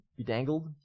bedangled